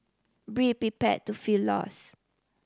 be prepared to feel lost